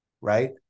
right